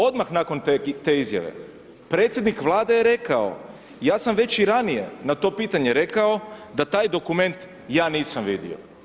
Odmah nakon te izjave predsjednik Vlade je rekao, ja sam već i ranije na to pitanje rekao da taj dokument ja nisam vidio.